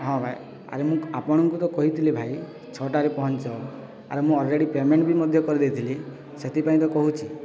ହଁ ଭାଇ ଆରେ ମୁଁ ଆପଣଙ୍କୁ ତ କହିଥିଲି ଭାଇ ଛଅଟାରେ ପହଞ୍ଚ ଆରେ ମୁଁ ଅଲରେଡ଼ି ପେମେଣ୍ଟ ବି ମଧ୍ୟ କରିଦେଇଥିଲି ସେଥିପାଇଁ ତ କହୁଛି